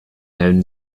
down